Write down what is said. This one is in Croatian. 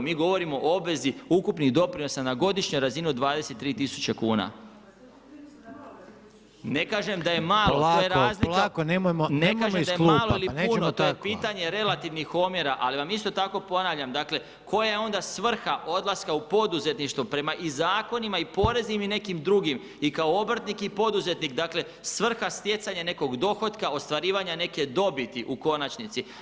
Mi govorimo o obvezu ukupnih doprinosa na godišnjoj razini od 23 000 kuna. … [[Upadica sa strane, ne razumije se.]] Ne kažem da je malo, to je razlika [[Upadica Reiner: Polako, polako, nemojmo iz klupa, pa nećemo tako.]] Ne kažem da je malo ili pitanje relativnih omjera ali vam isto tako ponavljam, dakle koja je onda svrha odlaska u poduzetništvo prema i zakonima i poreznim i nekim drugim, i kako obrtnik i poduzetnik, dakle svrha stjecanja nekog dohotka, ostvarivanja neke dobiti u konačnici.